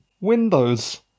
Windows